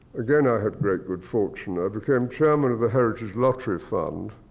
again, i had great good fortune. i became chairman of the heritage lottery fund,